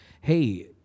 hey